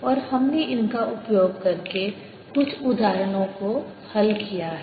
और हमने इनका उपयोग करके कुछ उदाहरणों को हल किया है